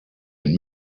and